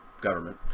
government